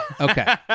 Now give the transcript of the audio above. Okay